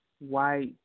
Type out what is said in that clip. white